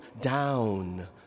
down